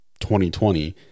2020